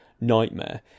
nightmare